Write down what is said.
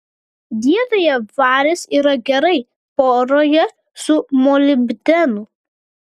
dietoje varis yra gerai poroje su molibdenu